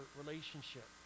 relationship